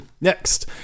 Next